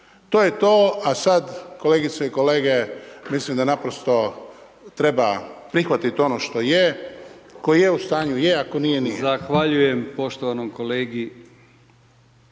To je to. A sada kolegice i kolege mislim da naprosto treba prihvatiti ono što je, tko je u stanju je, a tko nije nije.